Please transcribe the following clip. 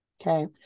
okay